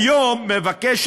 היום המשרד מבקש,